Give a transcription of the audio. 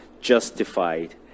justified